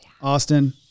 Austin